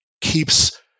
keeps